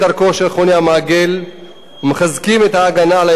חוני המעגל ומחזקים את ההגנה על העצים,